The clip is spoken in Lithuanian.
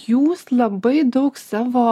jūs labai daug savo